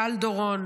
גל דורון,